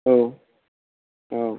औ औ